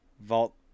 Vault